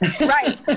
Right